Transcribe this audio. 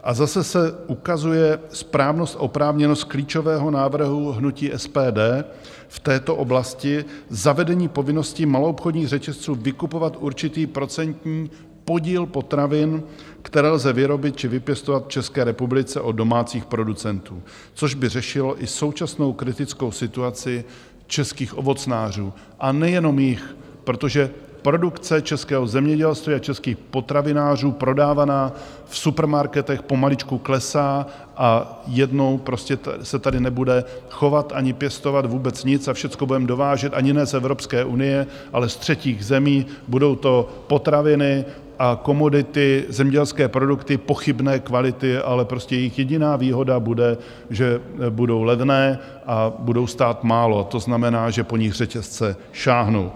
A zase se ukazuje správnost a oprávněnost klíčového návrhu hnutí SPD v této oblasti zavedení povinnosti maloobchodních řetězců vykupovat určitý procentní podíl potravin, které lze vyrobit či vypěstovat v České republice, od domácích producentů, což by řešilo i současnou kritickou situaci českých ovocnářů, a nejenom jich, protože produkce českého zemědělství a českých potravinářů prodávaná v supermarketech pomaličku klesá, jednou prostě se tady nebude chovat a pěstovat vůbec nic a všechno budeme dovážet ani ne z Evropské unie, ale z třetích zemí, budou to potraviny a komodity, zemědělské produkty pochybné kvality, ale prostě jejich jediná výhoda bude, že budou levné a budou stát málo, to znamená, že po nich řetězce sáhnou.